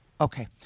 Okay